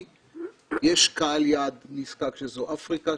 יש קהל יעד נזקק שזו יבשת אפריקה,